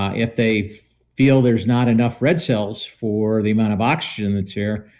ah if they feel there's not enough red cells for the amount of oxygen that's here,